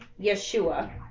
Yeshua